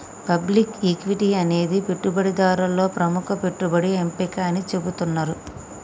public equity అనేది పెట్టుబడిదారులలో ప్రముఖ పెట్టుబడి ఎంపిక అని చెబుతున్నరు